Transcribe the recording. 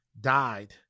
Died